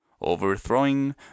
overthrowing